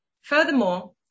Furthermore